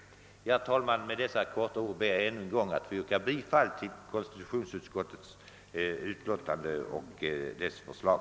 :| Herr talman! Jag ber vatt få yrka bifall till konstitutionsutskottets hemställan.